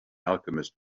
alchemist